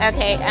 Okay